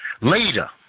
later